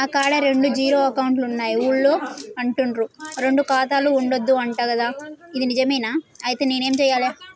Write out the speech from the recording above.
నా కాడా రెండు జీరో అకౌంట్లున్నాయి ఊళ్ళో అంటుర్రు రెండు ఖాతాలు ఉండద్దు అంట గదా ఇది నిజమేనా? ఐతే నేనేం చేయాలే?